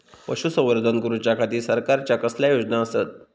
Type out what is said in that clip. पशुसंवर्धन करूच्या खाती सरकारच्या कसल्या योजना आसत?